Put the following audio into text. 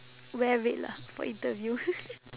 wear red lah for interview